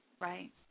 Right